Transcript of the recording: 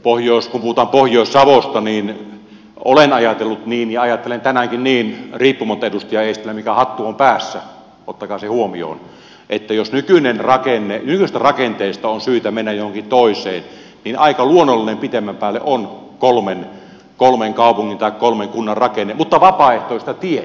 kun puhutaan pohjois savosta niin olen ajatellut niin ja ajattelen tänäänkin niin riippumatta edustaja eestilä siitä mikä hattu on päässä ottakaa se huomioon että jos nykyisestä rakenteesta on syytä mennä johonkin toiseen niin aika luonnollinen pidemmän päälle on kolmen kaupungin tai kolmen kunnan rakenne mutta vapaaehtoista tietä vapaaehtoista tietä